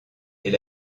est